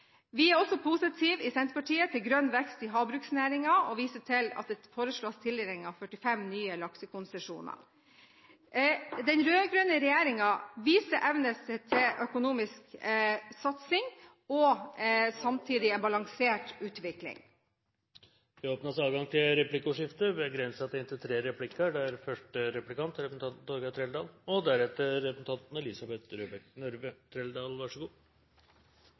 Vi er også positive i Senterpartiet til grønn vekst i havbruksnæringen, og viser til at det foreslås tildeling av 45 nye grønne laksekonsesjoner. Den rød-grønne regjeringen viser evne til økonomisk satsing og samtidig en balansert utvikling. Det blir replikkordskifte. I år er det kun to seilskuter som har dratt ut for å drive selfangst. Vi vet at selbestanden er økende, og